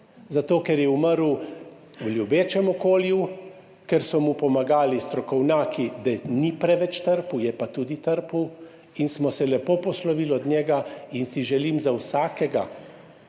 zato ker je umrl v ljubečem okolju, ker so mu pomagali strokovnjaki, da ni preveč trpel, je pa tudi trpel, in smo se lepo poslovili od njega. Za vsakega